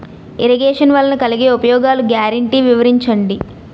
Irrigation వలన కలిగే ఉపయోగాలు గ్యారంటీ వివరించండి?